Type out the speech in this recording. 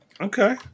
okay